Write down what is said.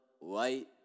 White